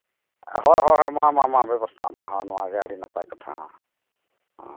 ᱦᱳᱭ ᱦᱳᱭ ᱦᱳᱭ ᱢᱟ ᱢᱟ ᱢᱟ ᱵᱮᱵᱚᱥᱛᱟᱠᱟᱜ ᱢᱮ ᱦᱳᱭ ᱱᱚᱣᱟ ᱜᱮ ᱟᱹᱰᱤ ᱱᱟᱯᱟᱭ ᱠᱟᱛᱷᱟ ᱦᱮᱸ ᱦᱮᱸ